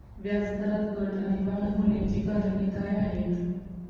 व्याजदरात घट आणि वाढ होण्याची कारणे काय आहेत?